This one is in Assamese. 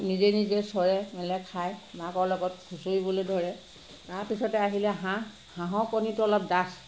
নিজে নিজে চৰে মেলে খায় মাক লগত খুঁচৰিবলৈ ধৰে তাৰপিছতে আহিলে হাঁহ হাঁহৰ কণীটো অলপ ডাঠ